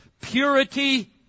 purity